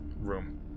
room